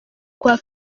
kuwa